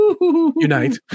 unite